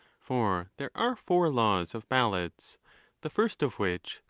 for there are four laws of ballots the first of which,